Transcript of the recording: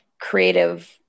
creative